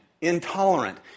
intolerant